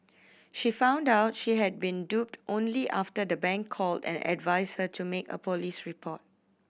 she found out she had been duped only after the bank called and advised her to make a police report